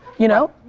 you know?